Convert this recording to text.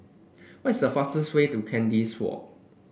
what is the fastest way to Kandis Walk